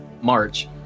March